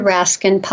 Raskin